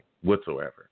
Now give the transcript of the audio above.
whatsoever